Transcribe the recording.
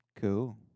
Cool